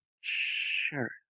Sure